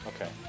Okay